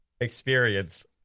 experience